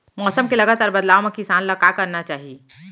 मौसम के लगातार बदलाव मा किसान ला का करना चाही?